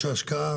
יש השקעה